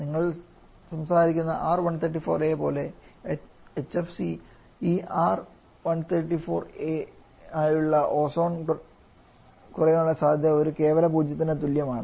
നിങ്ങൾ സംസാരിക്കുന്ന R134a പോലെ HFC ഈ R134a നായുള്ള ഓസോൺ കുറയാനുള്ള സാധ്യത ഒരു കേവല പൂജ്യത്തിന് തുല്യമാണ്